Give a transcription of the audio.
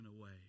away